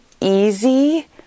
easy